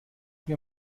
mir